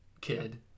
kid